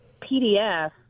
PDF